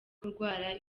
kurwara